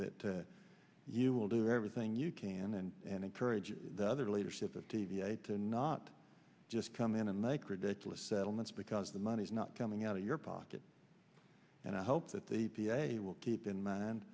that you will do everything you can and encourage the other leadership of t v eight to not just come in and make ridiculous settlements because the money is not coming out of your pocket and i hope that the p a will keep in mind